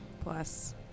plus